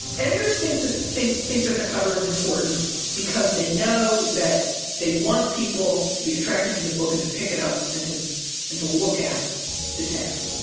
editors think think think that the cover is important because they know that they want people to be attracted to the book and to pick it up and to and to look at the text.